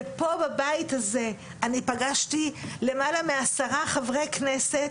ופה בבית הזה אני פגשתי למעלה מעשרה חברי כנסת,